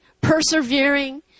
persevering